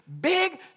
Big